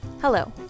Hello